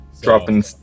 Dropping